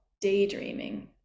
daydreaming